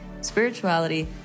spirituality